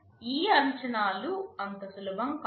ఈ అంచనాలు అంత సులభం కాదు